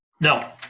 No